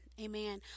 Amen